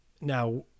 Now